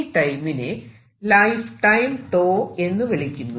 ഈ ടൈമിനെ lifetime 𝝉 എന്ന് വിളിക്കുന്നു